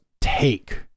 take